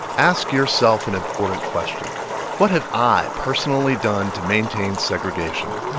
ask yourself an important question what have i personally done to maintain segregation?